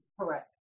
Correct